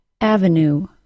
Avenue